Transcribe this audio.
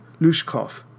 Lushkov